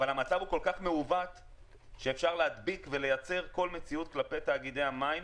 אבל המצב כל כך מעוות שאפשר להדביק ולייצר כל מציאות כלפי תאגידי המים,